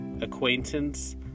acquaintance